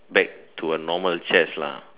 back to a normal chest lah